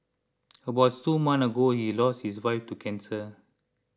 about two months ago he lost his wife to cancer